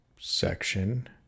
section